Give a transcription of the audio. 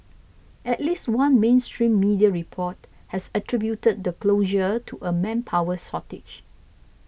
at least one mainstream media report has attributed the closure to a manpower shortage